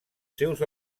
seus